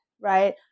right